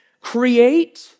create